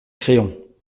créon